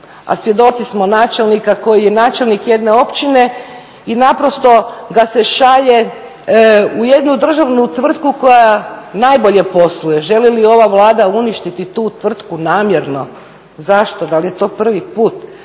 a svjedoci smo načelnika koji je načelnik jedne općine i naprosto ga se šalje u jednu državnu tvrtku koja najbolje posluje. Želi li ova Vlada uništiti tu tvrtku namjerno? Zašto? Da li je to prvi put?